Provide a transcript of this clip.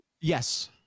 Yes